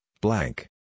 blank